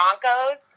Broncos –